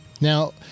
Now